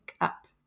up